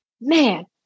man